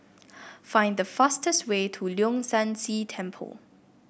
find the fastest way to Leong San See Temple